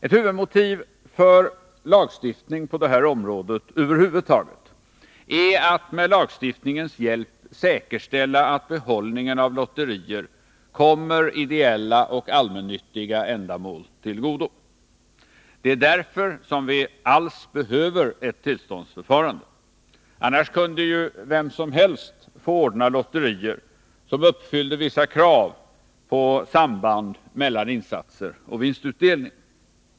Ett huvudmotiv för en lagstiftning på det här området är att med lagstiftningens hjälp säkerställa att behållningen av lotterier tjänar ideella och allmännyttiga ändamål. Det är därför som vi över huvud taget behöver ett tillståndsförfarande — annars kunde vem som helst få ordna lotterier som uppfyllde vissa krav på samband mellan insatser och vinstutdelning.